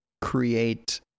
create